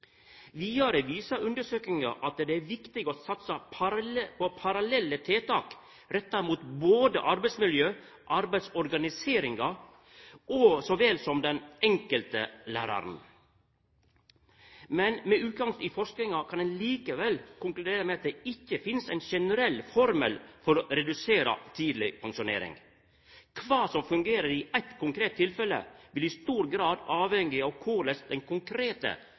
Vidare viser undersøkingar at det er viktig å satsa på parallelle tiltak retta mot både arbeidsmiljøet, arbeidsorganiseringa så vel som den enkelte læraren. Men med utgangspunkt i forskinga kan ein likevel konkludera med at det ikkje finst ein generell formel for å redusera tidleg pensjonering. Kva som fungerer i eitt konkret tilfelle, vil i stor grad avhengja av korleis den konkrete